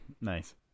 nice